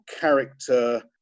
character